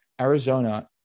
Arizona